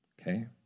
Okay